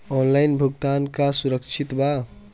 Online भुगतान का सुरक्षित बा?